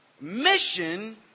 mission